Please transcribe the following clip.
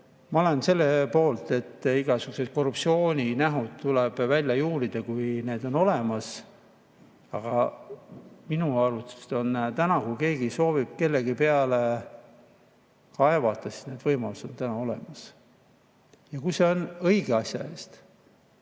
Ma olen selle poolt, et igasugused korruptsiooninähud tuleb välja juurida, kui need olemas on. Aga minu arust, kui keegi soovib kellegi peale kaevata, siis need võimalused on täna olemas. Kui see on õige asja eest,